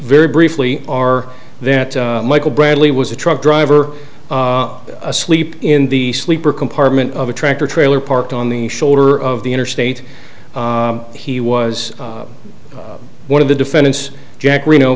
very briefly are that michael bradley was a truck driver asleep in the sleeper compartment of a tractor trailer parked on the shoulder of the interstate he was one of the defendants jack reno